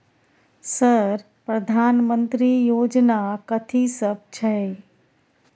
Sir प्रधानमंत्री योजना कथि सब छै?